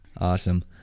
Awesome